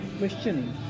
questioning